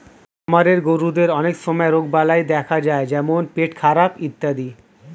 খামারের গরুদের অনেক সময় রোগবালাই দেখা যায় যেমন পেটখারাপ ইত্যাদি